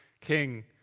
king